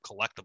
collectible